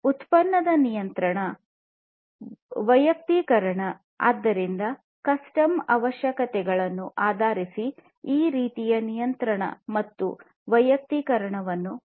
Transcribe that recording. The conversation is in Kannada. ಉತ್ಪನ್ನದ ನಿಯಂತ್ರಣ ವೈಯಕ್ತೀಕರಣ ಕಸ್ಟಮ್ ಅವಶ್ಯಕತೆಗಳನ್ನು ಆಧರಿಸಿ ಈ ರೀತಿಯ ನಿಯಂತ್ರಣ ಮತ್ತು ವೈಯಕ್ತೀಕರಣವನ್ನು ಮಾಡಬಹುದು